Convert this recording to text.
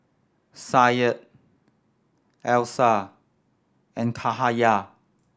Syed Alyssa and Cahaya